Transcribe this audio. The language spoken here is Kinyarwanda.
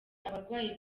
abarwayi